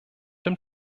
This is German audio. dem